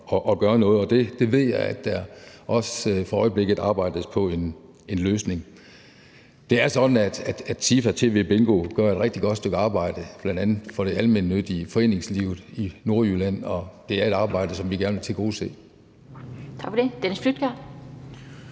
og gøre noget, og det ved jeg der også for øjeblikket arbejdes på en løsning på. Det er sådan, at SIFA TVBingo gør et rigtig godt stykke arbejde, bl.a. for det almennyttige foreningsliv i Nordjylland, og det er et arbejde, som vi gerne vil tilgodese. Kl. 19:18 Den fg.